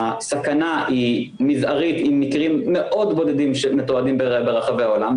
הסכנה היא מזערית עם מקרים מאוד בודדים שמתועדים מרחבי העולם.